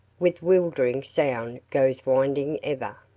with wildering sound goes winding ever.